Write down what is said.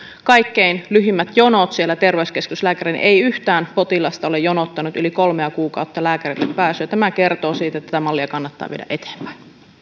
kaikkein lyhimmät jonot terveyskeskuslääkäreille ei yhtään potilasta ole jonottanut yli kolmea kuukautta lääkärille pääsyä ja tämä kertoo siitä että tätä mallia kannattaa viedä eteenpäin